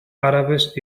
árabes